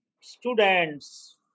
students